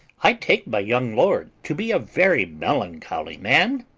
i take my young lord to be a very melancholy man.